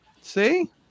see